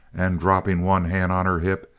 and dropping one hand on her hip,